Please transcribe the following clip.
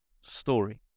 story